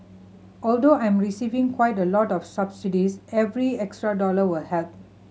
although I'm receiving quite a lot of subsidies every extra dollar will help